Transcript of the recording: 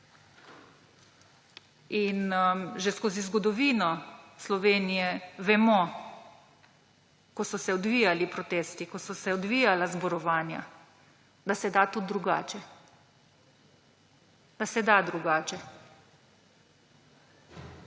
Že skozi zgodovino Slovenije vemo, ko so se odvijali protesti, ko so se odvijala zborovanja, da se da tudi drugače. Da se da drugače.